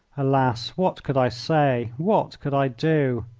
alas! what could i say, what could i do?